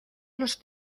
los